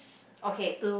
okay